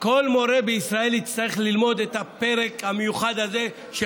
בישראל יצטרך ללמוד את הפרק המיוחד הזה של